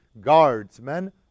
guardsmen